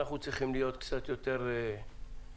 אנו צריכים להיות קצת ויתר גמישים,